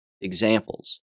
examples